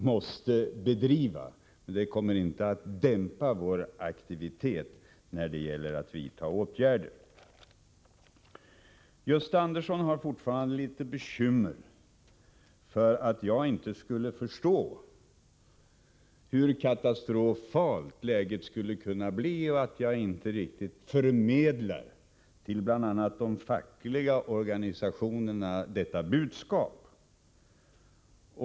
Men det kommer inte att dämpa vår aktivitet när det gäller att vidta åtgärder. Gösta Andersson hyser fortfarande bekymmer för att jag inte skulle förstå hur katastrofalt läget kan komma att bli och för att jag inte förmedlar detta budskap till bl.a. de fackliga organisationerna.